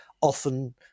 often